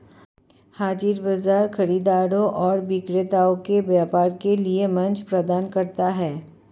हाज़िर बाजार खरीदारों और विक्रेताओं को व्यापार के लिए मंच प्रदान करता है